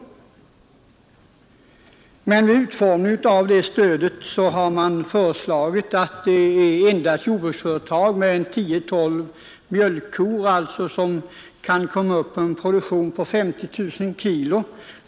Stödet har emellertid utformats så att endast de jordbruksföretag kan komma i fråga som omfattar 10—12 mjölkkor och som kan komma upp till en årsproduktion av 50 000 kg.